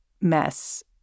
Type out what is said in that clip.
mess